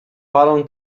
palą